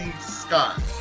Scott